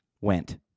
went